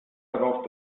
darauf